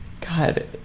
God